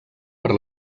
per